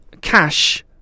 cash